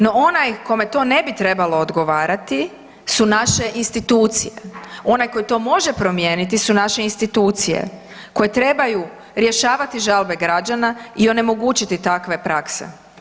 No onaj kome to ne bi trebalo odgovarati su naše institucije, onaj koji to može promijeniti su naše institucije koje trebaju rješavati žalbe građana i onemogućiti takve prakse.